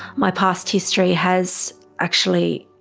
my past history has actually,